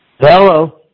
Hello